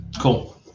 Cool